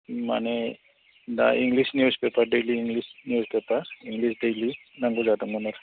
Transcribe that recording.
माने दा English newspaper daily newspaper English daily नांगौ जादोंमोन आरो